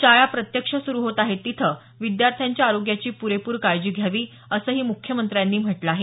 शाळा प्रत्यक्ष सुरु होत आहेत तिथं विद्यार्थ्यांच्या आरोग्याची पुरेपूर काळजी घ्यावी असंही मुख्यमंत्र्यांनी म्हटलं आहे